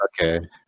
okay